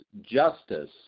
justice